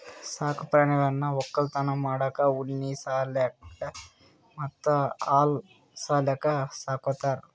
ಸಾಕ್ ಪ್ರಾಣಿಗಳನ್ನ್ ವಕ್ಕಲತನ್ ಮಾಡಕ್ಕ್ ಉಣ್ಣಿ ಸಲ್ಯಾಕ್ ಮತ್ತ್ ಹಾಲ್ ಸಲ್ಯಾಕ್ ಸಾಕೋತಾರ್